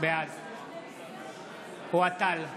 בעד אוהד טל,